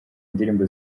ndirimbo